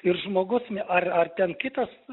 ir žmogus ne ar ar ten kitas